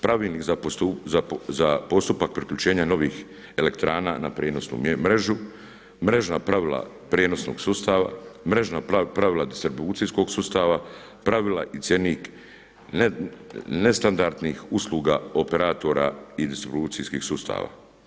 Pravilnik za postupak priključenja novih elektrana na prijenosnu mrežu, mrežna pravila prijenosnog sustava, mrežna pravila distribucijskog sustava, pravila i cjenik ne standardnih usluga operatora i distribucijskih sustava.